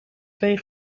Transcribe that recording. twee